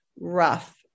rough